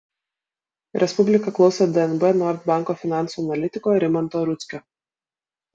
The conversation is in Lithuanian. respublika klausė dnb nord banko finansų analitiko rimanto rudzkio